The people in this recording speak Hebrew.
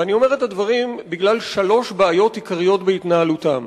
ואני אומר את הדברים בגלל שלוש בעיות עיקריות בהתנהלותם.